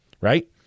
right